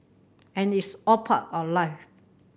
and it's all part of life